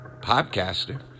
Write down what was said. podcaster